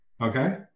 Okay